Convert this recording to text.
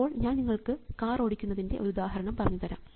അപ്പോൾ ഞാൻ നിങ്ങൾക്ക് കാർ ഓടിക്കുന്നതിൻറെ ഒരു ഉദാഹരണം പറഞ്ഞു തരാം